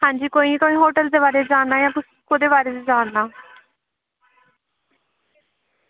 हां जी कोई तुसें होटल दे बारे च जानना जां कोह्दे बारे च जानना